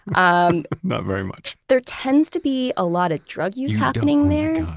um not very much there tends to be a lot of drug use happening there